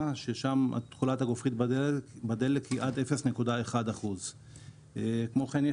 ששם תכולת הגופרית בדלק היא עד 0.1%. כמו כן,